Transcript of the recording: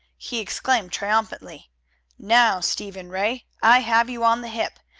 he exclaimed triumphantly now, stephen ray, i have you on the hip.